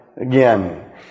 again